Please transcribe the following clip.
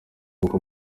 uko